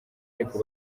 ariko